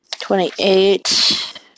Twenty-eight